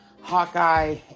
Hawkeye